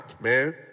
man